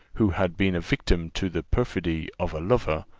who had been a victim to the perfidy of a lover,